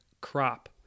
crop